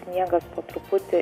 sniegas po truputį